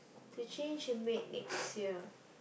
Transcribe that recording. to change a maid next year